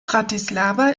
bratislava